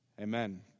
Amen